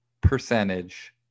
percentage